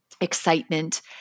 excitement